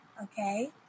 Okay